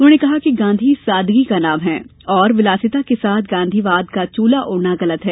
उन्होंने कहा कि गांधी सादगी का नाम है और विलासिता के साथ गांधीवाद का चोला ओढ़ना गलत है